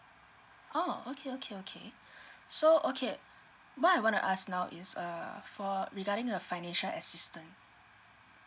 oh okay okay okay so okay what I wanna ask now is err for regarding the financial assistance